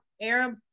Arab